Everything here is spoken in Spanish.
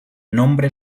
nombre